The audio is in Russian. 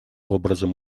образом